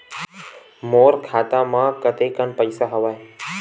मोर खाता म कतेकन पईसा हवय?